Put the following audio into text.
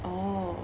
oh